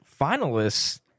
finalists